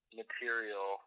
material